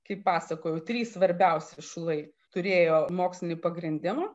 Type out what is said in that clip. kaip pasakojau trys svarbiausi šulai turėjo mokslinį pagrindimą